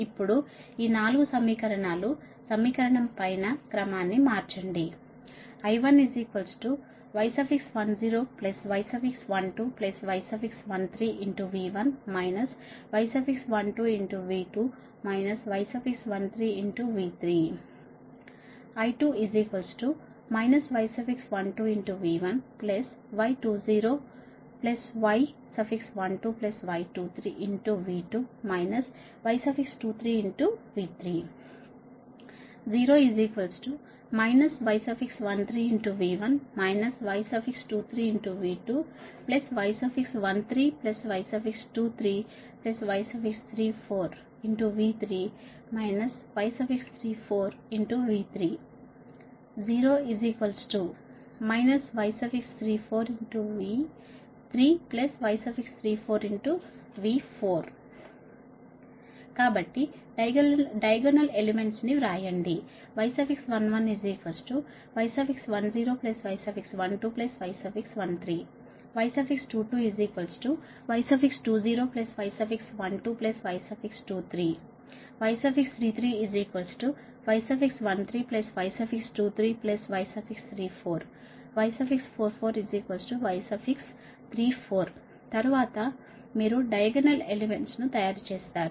ఇప్పుడు ఈ 4 సమీకరణాలను సమీకరణం పైన క్రమాన్ని మార్చండి I1y10y12y13 V1 y12V2 y13 V3 I2 y12V1 y20y12y23 V2 y23 V3 0 y13 V1 y23 V2 y13y23y34 V3 y34V3 0 y34V3 y34V4 కాబట్టి డయాగోనల్ ఎలిమెంట్స్ ను వ్రాయండి y11 y10 y12 y13 y22 y20 y12 y23 y33 y13 y23 y34 y44 y34 తరువాత మీరు diagonal elements ను తయారు చేస్తారు